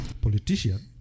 politician